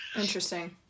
Interesting